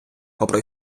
попри